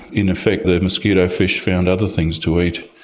in effect the mosquitofish found other things to eat,